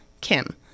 Kim